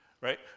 right